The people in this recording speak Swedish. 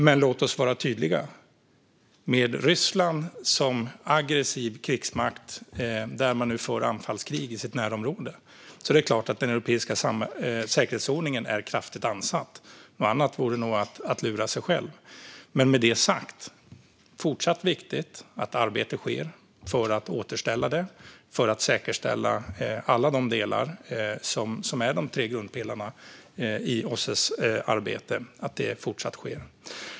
Men låt oss vara tydliga: Med Ryssland som aggressiv krigsmakt, som nu för anfallskrig i sitt närområde, är det klart att den europeiska säkerhetsordningen är kraftigt ansatt. Att säga någonting annat vore nog att lura sig själv. Men med det sagt är det fortsatt viktigt att arbete sker för att återställa detta och för att säkerställa att arbetet med alla de tre grundpelarna i OSSE:s arbete fortsatt sker.